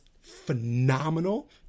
phenomenal